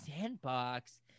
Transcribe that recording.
sandbox